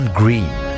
green